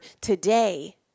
today